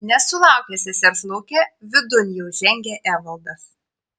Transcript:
nesulaukęs sesers lauke vidun jau žengė evaldas